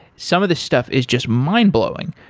some of the stuff is just mind-blowing.